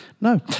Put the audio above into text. No